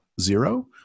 zero